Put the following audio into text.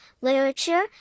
literature